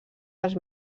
dels